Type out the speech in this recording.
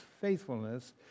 faithfulness